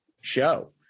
show